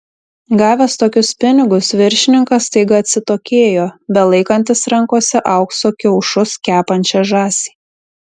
gavęs tokius pinigus viršininkas staiga atsitokėjo belaikantis rankose aukso kiaušus kepančią žąsį